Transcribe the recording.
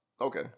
Okay